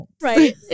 Right